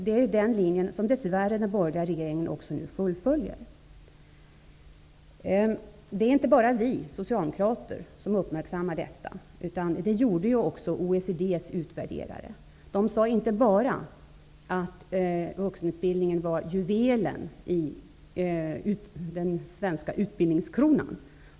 Det är den linjen som den borgerliga regeringen nu dess värre fullföljer. Det är inte bara vi socialdemokrater som uppmärksammar detta, utan det gjordes också av OECD:s utvärderare. De sade inte bara att vuxenutbildningen var juvelen i den svenska utbildningskronan.